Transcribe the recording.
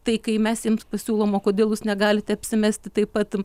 tai kai mes jiems pasiūlom o kodėl jūs negalit apsimesti taip pat